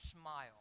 smile